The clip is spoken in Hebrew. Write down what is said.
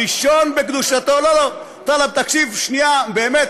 הראשון בקדושתו, לא לא, טלב, תקשיב שנייה, באמת,